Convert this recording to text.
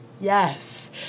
Yes